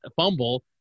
fumble